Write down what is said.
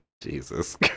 Jesus